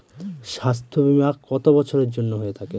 স্বাস্থ্যবীমা কত বছরের জন্য হয়ে থাকে?